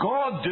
God